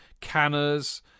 Canners